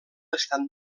estan